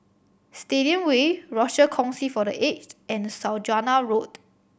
Stadium Way Rochor Kongsi for The Aged and Saujana Road